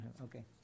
Okay